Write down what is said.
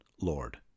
Lord